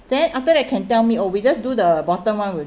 then after that can tell me oh we just do the bottom one will